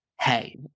hey